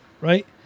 Right